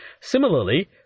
Similarly